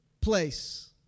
place